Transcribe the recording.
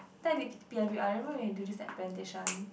that will be I don't even want to do this like presentation